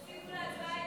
ההצעה להעביר